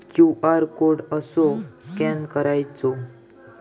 QR code कसो scan करायचो?